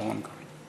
שרון גל.